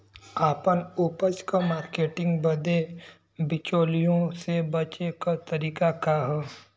आपन उपज क मार्केटिंग बदे बिचौलियों से बचे क तरीका का ह?